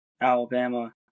alabama